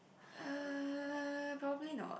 ah probably not